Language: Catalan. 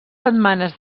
setmanes